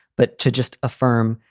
but to just affirm,